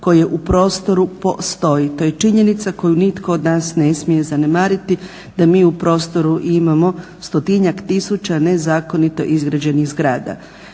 koje u prostoru postoji to je činjenica koju nitko od nas ne smije zanemariti da mi u prostoru imamo stotinjak tisuća nezakonito izgrađenih zgrada.